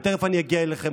ותכף אני אגיע אליכם,